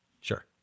Sure